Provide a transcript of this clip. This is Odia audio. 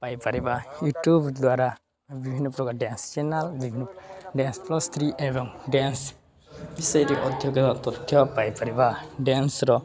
ପାଇପାରିବା ୟୁଟ୍ୟୁବ୍ ଦ୍ୱାରା ବିଭିନ୍ନ ପ୍ରକାର ଡ୍ୟାନ୍ସ ଚ୍ୟାନେଲ୍ ବିଭିନ୍ନ ଡ୍ୟାନ୍ସ ପ୍ଲସ୍ ଥ୍ରୀ ଏବଂ ଡ୍ୟାନ୍ସ ବିଷୟରେ ଅନେକ ତଥ୍ୟ ପାଇପାରିବା ଡ୍ୟାନ୍ସ ର